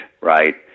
right